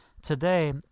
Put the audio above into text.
today